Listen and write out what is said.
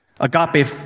Agape